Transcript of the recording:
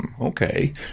Okay